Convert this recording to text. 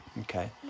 Okay